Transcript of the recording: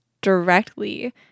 directly